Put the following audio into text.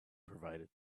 provided